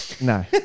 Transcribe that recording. no